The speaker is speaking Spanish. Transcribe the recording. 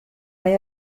hay